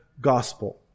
gospel